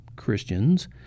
Christians